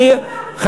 זה שימוש בכוח,